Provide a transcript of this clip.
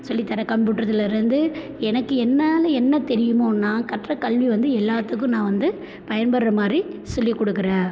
சொல்லித் தரேன் கம்ப்யூட்டர் இதுலருந்து எனக்கு என்னால் என்ன தெரியுமோ நான் கற்ற கல்வி வந்து எல்லாத்துக்கும் நான் வந்து பயன்படுற மாதிரி சொல்லி கொடுக்குறேன்